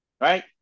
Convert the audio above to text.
Right